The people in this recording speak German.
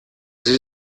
sie